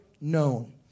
known